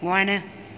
वणु